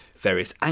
various